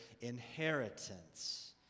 inheritance